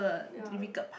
ya